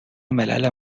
ملل